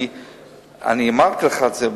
כי אני אמרתי לך את זה.